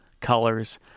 colors